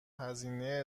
هزینه